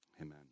amen